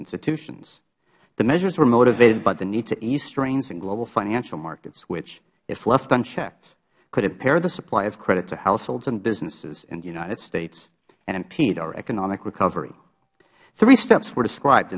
institutions the measures were motivated by the need to ease strains in global financial markets which if left unchecked would impair the supply of credits to households and businesses in the united states and impede our economic recovery three steps were described